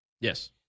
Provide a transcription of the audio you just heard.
Yes